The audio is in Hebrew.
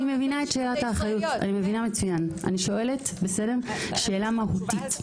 אני שואלת שאלה מהותית.